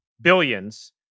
Billions